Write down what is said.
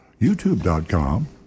youtube.com